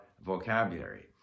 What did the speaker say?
vocabulary